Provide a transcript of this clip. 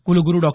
कुलगुरू डॉ